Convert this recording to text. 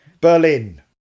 Berlin